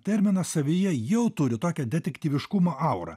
terminas savyje jau turiu tokią detektyviškumo aurą